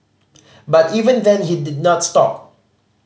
but even then he did not stop